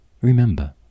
Remember